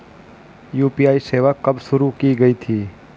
UPI सेवा कब शुरू की गई थी?